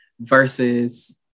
versus